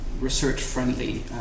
research-friendly